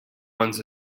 ones